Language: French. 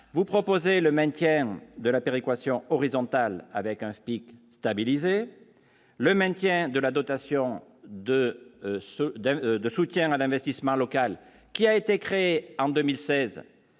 vous proposer le maintien de la péréquation horizontale, avec un pic stabiliser le maintien de la dotation de ce de de soutien à la messe se marrent local qui a été créé en 2016